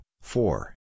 four